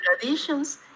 traditions